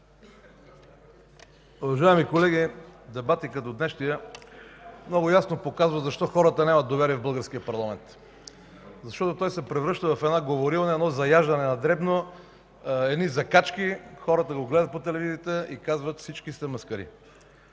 Уважаеми колеги, дебати като днешния много ясно показват защо хората нямат доверие в българския парламент. Защото той се превръща в една говорилня, в едно заяждане на дребно, едни закачки. Хората го гледат по телевизията и казват: „Всички са маскари!”.